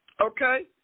Okay